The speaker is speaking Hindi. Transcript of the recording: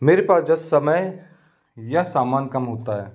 मेरे पास जब समय या सामान कम होता है